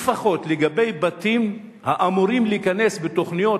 לפחות לגבי בתים האמורים להיכנס בתוכניות